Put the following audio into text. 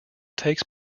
takes